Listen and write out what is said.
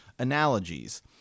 Analogies